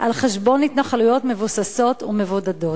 על חשבון התנחלויות מבוססות ומבודדות?